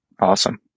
Awesome